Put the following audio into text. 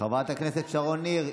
חברת הכנסת שרון ניר,